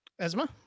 Esma